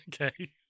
Okay